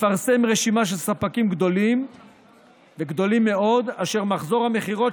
תפרסם רשימה של ספקים גדולים וגדולים מאוד אשר מחזור המכירות